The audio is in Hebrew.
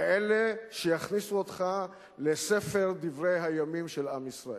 כאלה שיכניסו אותך לספר דברי הימים של עם ישראל.